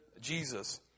Jesus